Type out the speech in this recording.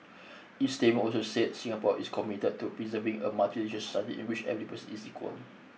its statement also said Singapore is committed to preserving a multiracial study in which every person is equal